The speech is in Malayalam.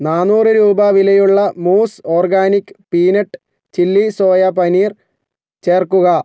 നാന്നൂറ് രൂപ വിലയുള്ള മൂസ് organic peanut chilli soya paneer ചേർക്കുക